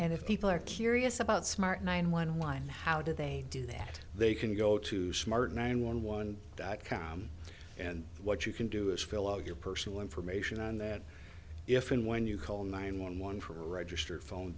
and if people are curious about smart nine one one how do they do that they can go to smart nine one one dot com and what you can do is fill out your personal information on that if and when you call nine one one for register phone